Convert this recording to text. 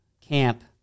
camp